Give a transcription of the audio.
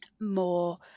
more